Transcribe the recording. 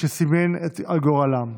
שסימן את גורלם.